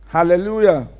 Hallelujah